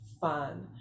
fun